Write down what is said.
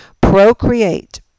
procreate